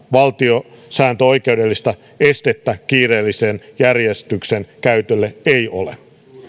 valtiosääntöoikeudellista estettä kiireellisen järjestyksen käytölle ei ole